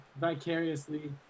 vicariously